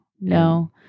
no